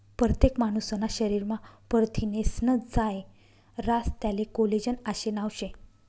परतेक मानूसना शरीरमा परथिनेस्नं जायं रास त्याले कोलेजन आशे नाव शे